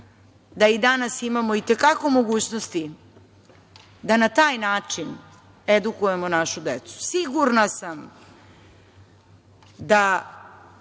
da i danas imamo i te kako mogućnosti da na taj način edukujemo našu decu. Sigurna sam da